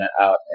out